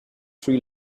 sri